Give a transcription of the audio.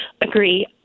Agree